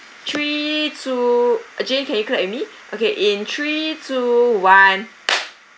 three two uh jane can you clap with me okay in three two one